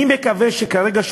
אני מקווה שכרגע,